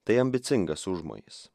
tai ambicingas užmojis